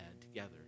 together